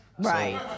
Right